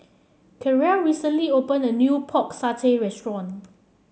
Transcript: Caryl recently opened a new Pork Satay Restaurant